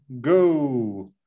go